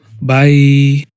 Bye